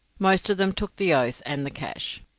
most of them took the oath and the cash.